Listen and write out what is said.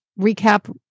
recap